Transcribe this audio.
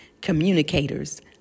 communicators